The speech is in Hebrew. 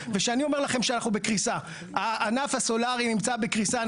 וכשאני אומר לכם שאנחנו בקריסה,